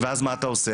ואז מה אתה עושה?